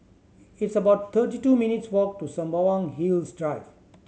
it's about thirty two minutes' walk to Sembawang Hills Drive